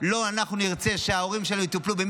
אנחנו לא נרצה שההורים שלנו יטופלו על ידי